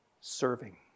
serving